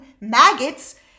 maggots